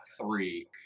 three